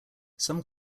some